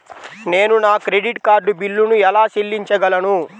నేను నా credit card బిల్లును ఎలా చెల్లించగలను?